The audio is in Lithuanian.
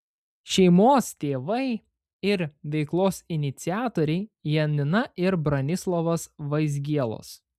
šeimos tėvai ir veiklos iniciatoriai janina ir bronislovas vaizgielos